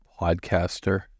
podcaster